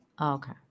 Okay